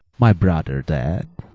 my brother dead!